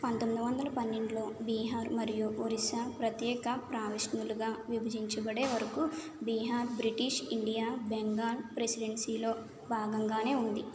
పంతొమ్మిది వందల పన్నెండులో బీహార్ మరియు ఒరిస్సా ప్రత్యేక ప్రావిన్సులుగా విభజించబడే వరకు బీహార్ బ్రిటిష్ ఇండియా బెంగాల్ ప్రెసిడెన్సీలో భాగంగానే ఉంది